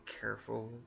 careful